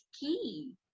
key